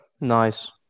nice